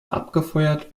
abgefeuert